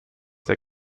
der